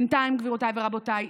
גבירותיי ורבותיי,